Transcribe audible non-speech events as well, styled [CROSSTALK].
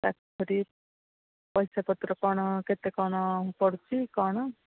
[UNINTELLIGIBLE] ପଇସା ପତ୍ର କ'ଣ କେତେ କ'ଣ ପଡ଼ୁଛି କ'ଣ